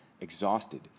exhausted